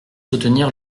soutenir